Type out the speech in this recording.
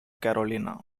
carolina